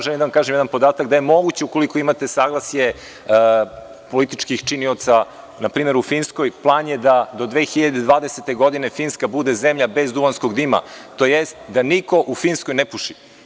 Želim da vam kažem jedan podatak, da je moguće, ukoliko imate saglasje političkih činioca, npr. u Finskoj, plan je da do 2020. godine Finska bude zemlja bez duvanskog dima, tj. da niko u Finskoj ne puši.